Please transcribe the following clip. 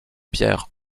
pierre